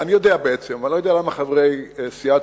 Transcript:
אני יודע בעצם אבל אני לא יודע למה חברי סיעת